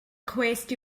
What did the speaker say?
cwest